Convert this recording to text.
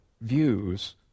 views